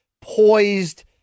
poised